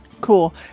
Cool